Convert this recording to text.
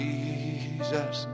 Jesus